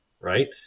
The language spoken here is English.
Right